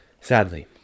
sadly